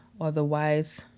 Otherwise